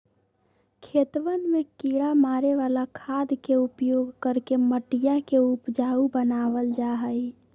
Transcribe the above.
खेतवन में किड़ा मारे वाला खाद के उपयोग करके मटिया के उपजाऊ बनावल जाहई